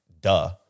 duh